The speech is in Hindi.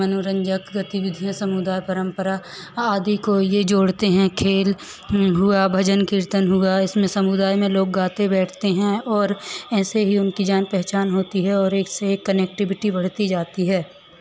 मनोरंजक गतिविधियाँ समुदाय परम्परा आदि को ये जोड़तें हैं खेल भुआ भजन कीर्तन हुआ इसमें समुदाय में लोग गाते बैठते हैं और ऐसे ही उनकी जान पहचान होती है और एक से एक कनेक्टिविटी बढ़ती जाती है